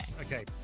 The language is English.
Okay